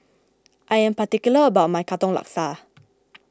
I am particular about my Katong Laksa